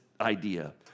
idea